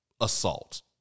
assault